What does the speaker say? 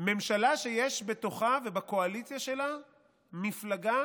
ממשלה שיש בתוכה ובקואליציה שלה מפלגה